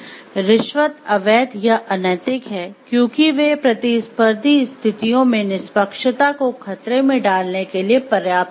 रिश्वत अवैध या अनैतिक हैं क्योंकि वे प्रतिस्पर्धी स्थितियों में निष्पक्षता को खतरे में डालने के लिए पर्याप्त होतीं हैं